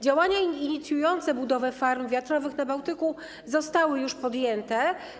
Działania inicjujące budowę farm wiatrowych na Bałtyku zostały już podjęte.